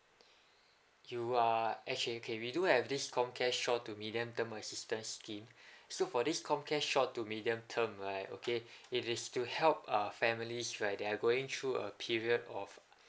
you are actually okay we do have this comcare short to medium term assistance scheme so for this comcare short to medium term right okay it is to help uh families right they are going through a period of